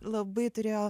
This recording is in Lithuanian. labai turėjo